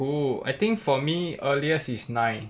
oh I think for me earliest is nine